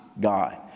God